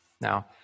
Now